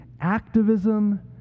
activism